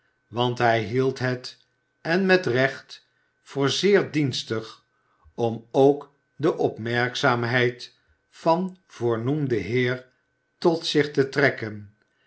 want hij hield het en met recht voor zeer dienstig om ook de opmerkzaamheid van voornoemden heer tot zich te trekken